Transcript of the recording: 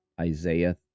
Isaiah